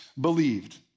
believed